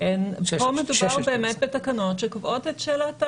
פה מדובר באמת בתקנות שקובעות את שאלת המימון,